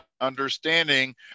understanding